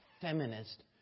feminist